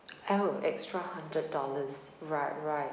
extra hundred dollars right right